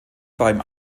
beim